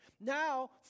Now